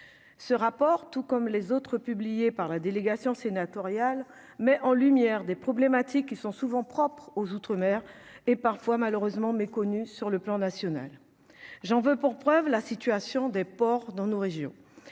ce rapport, tout comme les autres, publiées par la délégation sénatoriale met en lumière des problématiques qui sont souvent propre aux outre-mer et parfois malheureusement méconnu sur le plan national, j'en veux pour preuve la situation des porcs dans nos régions